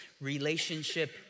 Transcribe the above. relationship